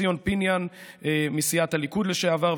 ציון פיניאן מסיעת הליכוד לשעבר,